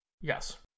Yes